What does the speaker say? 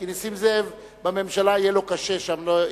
כי לנסים זאב יהיה קשה שם, בממשלה.